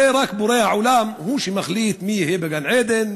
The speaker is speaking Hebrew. הרי רק בורא העולם הוא שמחליט מי יהיה בגן-עדן,